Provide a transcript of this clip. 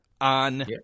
on